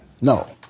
No